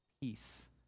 peace